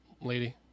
lady